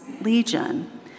Legion